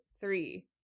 three